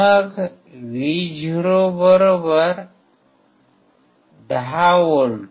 मग Vo 10V